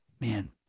man